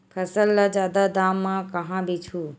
फसल ल जादा दाम म कहां बेचहु?